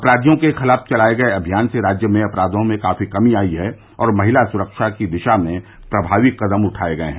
अपराधियों के खिलाफ चलाये गये अभियान से राज्य में अपराधों में काफी कमी आई है और महिला सुरक्षा की दिशा में प्रभावी कृदम उठाये गये हैं